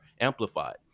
amplified